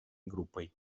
группой